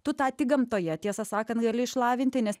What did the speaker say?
tu tą tik gamtoje tiesą sakant gali išlavinti nes